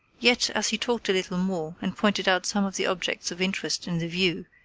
yet, as he talked a little more and pointed out some of the objects of interest in the view,